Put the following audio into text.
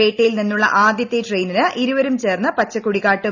പേട്ടയിൽ നിന്നുള്ള ആദ്യത്തെ ട്രെയിനിന് ഇരുവരും ചേർന്ന് പച്ചക്കൊടി കാട്ടും